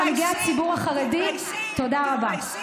לומר למנהיגי הציבור החרדי תודה רבה.